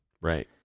Right